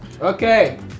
Okay